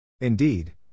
Indeed